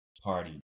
party